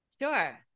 Sure